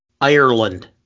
ireland